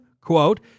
quote